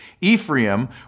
Ephraim